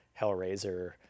Hellraiser